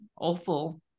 awful